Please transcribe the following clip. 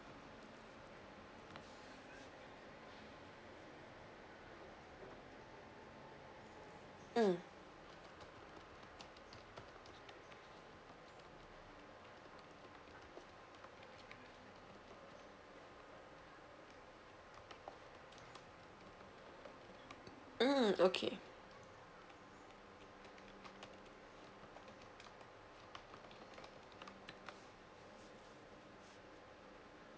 mm mm okay